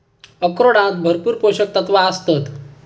अक्रोडांत भरपूर पोशक तत्वा आसतत